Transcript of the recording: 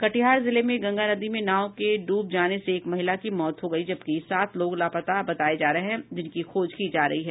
कटिहार जिले में गंगा नदी में नाव के डूब जाने से एक महिला की मौत हो गयी जबकि सात लोग लापता बताये जा रहे हैं जिनकी खोज की जा रही है